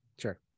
Sure